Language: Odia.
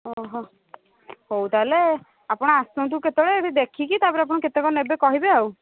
ଓଃ ହଉ ତାହାଲେ ଆପଣ ଆସନ୍ତୁ କେତେବେଳେ ଏଠି ଦେଖିକି ତାପରେ ଆପଣ କେତେ କ'ଣ ନେବେ କହିବେ ଆଉ